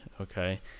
okay